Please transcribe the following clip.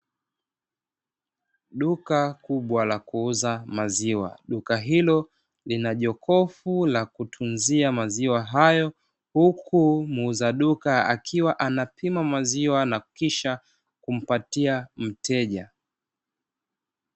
Duka kubwa la kuuza maziwa, duka hilo lina jokofu la kutunzia maziwa hayo, huku muuza duka akiwa anapima maziwa na kisha kumpatia mteja.